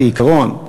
כעיקרון,